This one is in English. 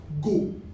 go